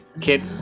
kid